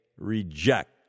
reject